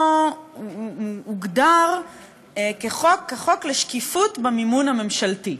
הוגדר כחוק לשקיפות במימון הממשלתי.